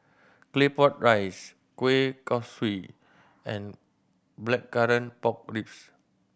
Claypot Rice kueh kosui and Blackcurrant Pork Ribs